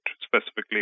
specifically